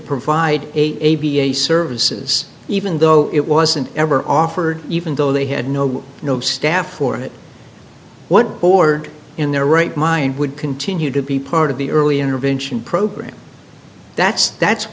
provide a a b a services even though it wasn't ever offered even though they had no no staff or it what board in their right mind would continue to be part of the early intervention program that's that's